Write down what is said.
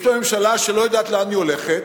יש פה ממשלה שלא יודעת לאן היא הולכת,